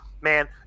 man